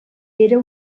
era